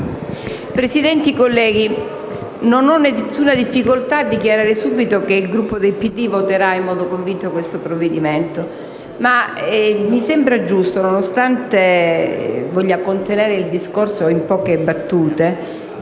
Presidente, colleghi, non ho alcuna difficoltà a dichiarare subito che il Gruppo del PD voterà in modo convinto a favore di questo provvedimento. Nonostante voglia contenere il discorso in poche battute,